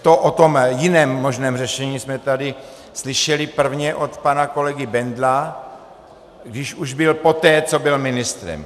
To o tom jiném možném řešení jsme tady slyšeli prvně od pana kolegy Bendla, když už byl poté, co byl ministrem.